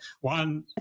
one